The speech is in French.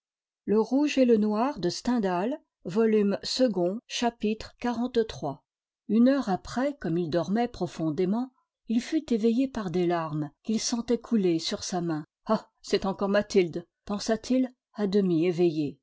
chapitre xliii une heure après comme il dormait profondément il fut éveillé par des larmes qu'il sentait couler sur sa main ah c'est encore mathilde pensa-t-il à demi éveillé